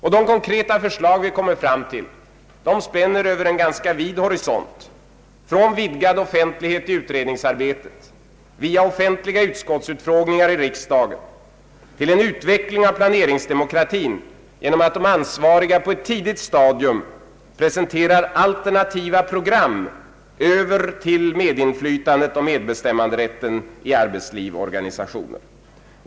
Och de konkreta förslag som vi kommit fram till spänner alltifrån vidgad offentlighet i utredningsväsendet, via offentliga utskottsutfrågningar i riksdagen, till en utveckling av planeringsdemokratin genom att de ansvariga på ett tidigt stadium presenterar alternativa program över till medinflytandet och medbestämmanderätten i arbetsliv och organisationer.